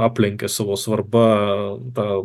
aplenkia savo svarba tą